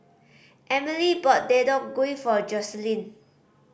Emilie bought Deodeok Gui for Jocelyn